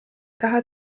taha